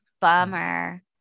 bummer